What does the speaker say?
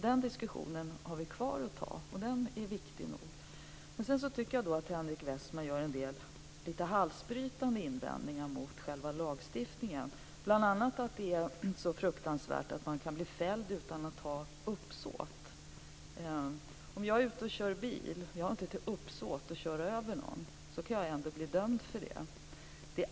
Den diskussionen har vi kvar att ta, och den är viktig nog. Jag tycker att Henrik Westman gör en del halsbrytande invändningar mot själva lagstiftningen, bl.a. att det är så fruktansvärt att man kan bli fälld utan att ha uppsåt. Om jag är ute och kör bil har jag inte uppsåt att köra över någon, men jag kan ändå bli dömd för det.